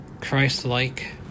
Christ-like